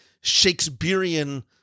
Shakespearean